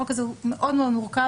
החוק הזה הוא מאוד מאוד מורכב,